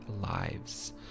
lives